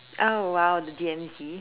oh !wow! the D_M_Z